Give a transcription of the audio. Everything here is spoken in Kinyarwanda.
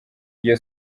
iryo